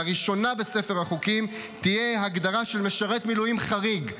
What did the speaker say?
לראשונה בספר החוקים תהיה הגדרה של "משרת מילואים חריג"